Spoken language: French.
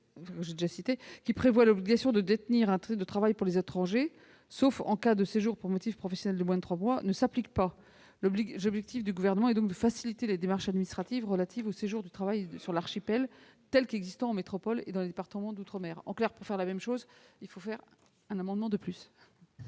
qui prévoit l'obligation de détenir un titre de travail pour les étrangers, sauf en cas de séjour pour motif professionnel de moins de trois mois, ne s'applique pas. L'objectif du Gouvernement est de faciliter les démarches administratives relatives au séjour et au travail sur l'archipel, dans les conditions existant déjà en métropole et dans les départements d'outre-mer. En clair, pour faire la même chose, adoptons un amendement de plus